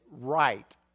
right